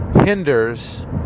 hinders